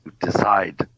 decide